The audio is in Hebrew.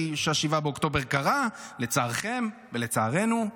ש-7 באוקטובר קרה לצערכם ולצערנו,